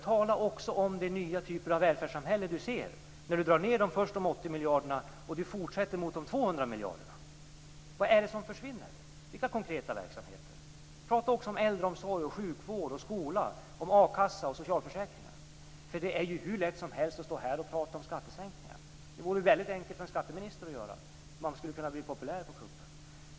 Tala också om den nya typ av välfärdssamhälle som blir verklighet om man först drar ned 80 miljarder och sedan fortsätter mot 200 miljarder. Vad är det som försvinner? Vilka konkreta verksamheter försvinner? Prata också om äldreomsorg, sjukvård, skola, a-kassa och socialförsäkringar. Det är ju hur lätt som helst att stå här och prata om skattesänkningar. Det vore väldigt enkelt för en skatteminister att göra det. Man skulle kunna bli populär på kuppen.